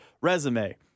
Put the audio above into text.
resume